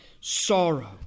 sorrow